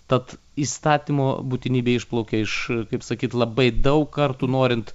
tad įstatymo būtinybė išplaukia iš kaip sakyt labai daug kartų norint